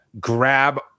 grab